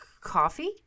Coffee